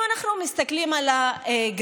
אם אנחנו מסתכלים על הגרף,